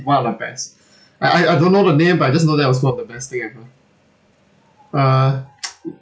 one of the best I I I don't know the name but I just know that was one of the best thing ever uh